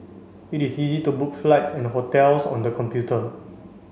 it is easy to book flights and hotels on the computer